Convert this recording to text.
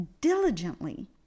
diligently